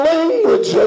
Language